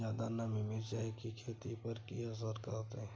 ज्यादा नमी मिर्चाय की खेती पर की असर करते?